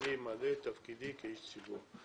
ואני ממלא את תפקידי כאיש ציבור.